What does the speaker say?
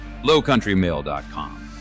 LowCountryMail.com